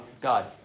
God